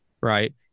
right